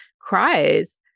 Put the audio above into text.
cries